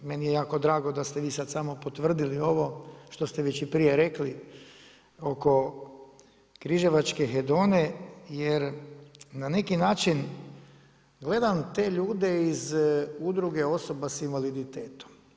Meni je jako drago da ste vi sad samo potvrdili ovo što se i prije rekli oko križevačke Hedone, jer na neki način gledam te ljude iz udruge osoba s invaliditetom.